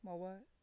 माबा